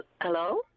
Hello